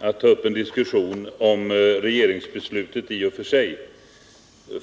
att ta upp en diskussion om regeringsbeslutet i och för sig.